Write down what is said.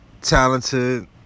Talented